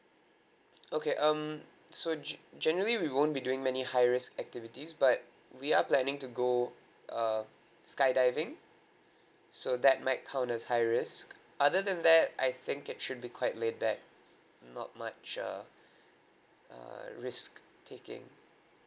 okay um so ch~ generally we won't be doing many high risk activities but we are planning to go uh skydiving so that might count as high risk other than that I think it should be quite laidback not much uh uh risk taking